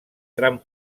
tram